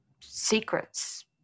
secrets